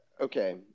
okay